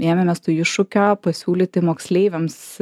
ėmėmės to iššūkio pasiūlyti moksleiviams